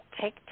take